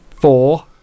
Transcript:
Four